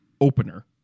opener